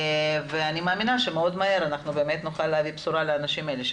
אני מאמינה שמאוד מהר אנחנו באמת נוכל להביא בשורה לאנשים האלה,